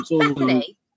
Bethany